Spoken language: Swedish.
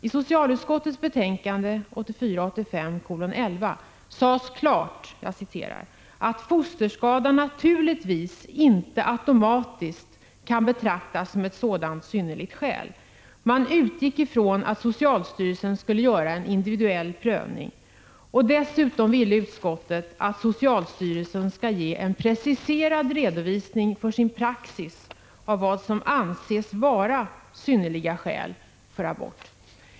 I socialutskottets betänkande 1984/85:11 sades klart ”att fosterskada naturligtvis inte automatiskt” kan betraktas som ett sådant synnerligt skäl”. Man utgick från att socialstyrelsen skulle göra en individuell prövning. Dessutom ville utskottet att socialstyrelsen skulle ge en preciserad redovisning för sin praxis vid bedömningen av vad som anses vara synnerliga skäl för abort.